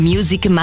Music